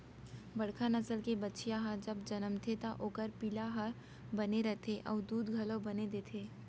बड़का नसल के बछिया ह जब जनमथे त ओकर पिला हर बने रथे अउ दूद घलौ बने देथे